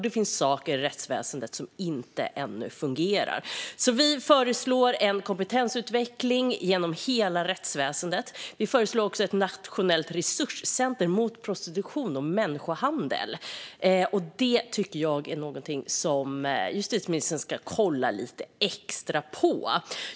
Det finns saker i rättsväsendet som ännu inte fungerar. Vi föreslår därför en kompetensutveckling genom hela rättsväsendet. Vi föreslår också ett nationellt resurscenter mot prostitution och människohandel, och det är någonting som jag tycker att justitieministern ska kolla lite extra på.